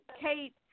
Kate